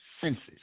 senses